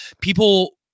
People